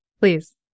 Please